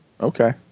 Okay